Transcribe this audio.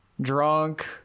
drunk